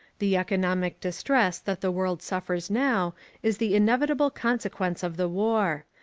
the economic distress that the world suffers now is the inevitable consequence of the war.